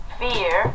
fear